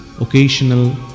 occasional